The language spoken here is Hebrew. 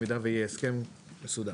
אם יהיה הסכם מסודר.